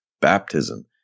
baptism